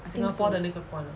I think so